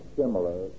similar